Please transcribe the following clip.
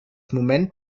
moment